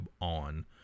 on